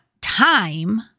time